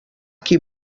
qui